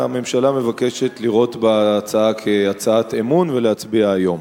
הממשלה מבקשת לראות בהצעה כהצעת אמון ולהצביע היום.